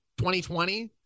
2020